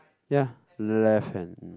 ya left hand mm